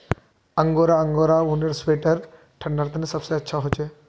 angora angora ऊनेर sweater ठंडा तने सबसे अच्छा हछे